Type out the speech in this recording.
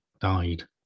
died